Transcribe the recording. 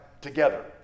together